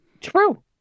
True